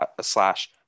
slash